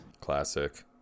Classic